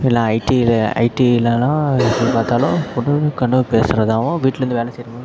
இப்போ எல்லாம் ஐடியில் ஐடி இல்லைனாலும் எப்படி பார்த்தாலும் பேசுகிறதாவும் வீட்டில் இருந்து வேலை செய்கிற மாதிரி